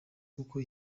kuko